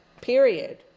period